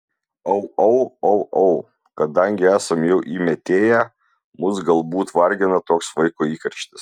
au au au au kadangi esam jau įmetėję mus galbūt vargina toks vaiko įkarštis